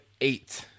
eight